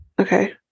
okay